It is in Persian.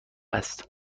است